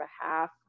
behalf